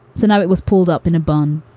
so now it was pulled up in a bun.